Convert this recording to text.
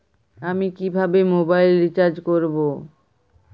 আমি কিভাবে mobile recharge করব?